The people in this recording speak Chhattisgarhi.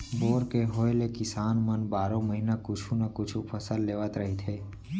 बोर के होए ले किसान मन बारो महिना कुछु न कुछु फसल लेवत रहिथे